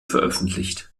veröffentlicht